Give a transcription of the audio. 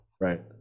Right